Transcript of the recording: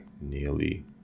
nearly